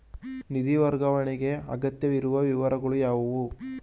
ನಿಧಿ ವರ್ಗಾವಣೆಗೆ ಅಗತ್ಯವಿರುವ ವಿವರಗಳು ಯಾವುವು?